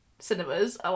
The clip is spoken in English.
cinemas